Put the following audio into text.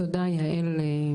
תודה יעל.